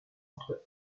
entre